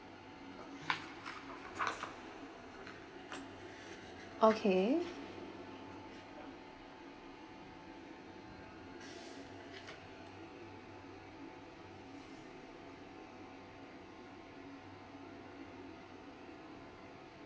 okay